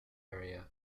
area